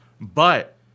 But-